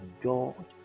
God